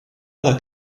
other